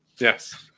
Yes